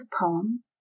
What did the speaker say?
poem